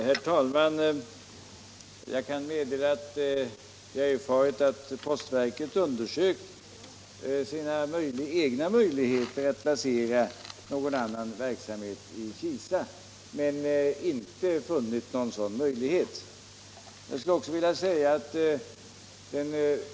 Herr talman! Jag kan meddela att jag erfarit att postverket undersökt sina egna möjligheter att placera någon annan verksamhet i Kisa men inte funnit någon sådan möjlighet.